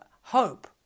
hope